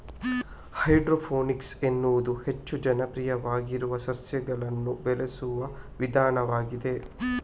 hydroponics ಎನ್ನುವುದು ಹೆಚ್ಚು ಜನಪ್ರಿಯವಾಗಿರುವ ಸಸ್ಯಗಳನ್ನು ಬೆಳೆಸುವ ವಿಧಾನವಾಗಿದೆ